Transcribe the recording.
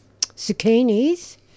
zucchinis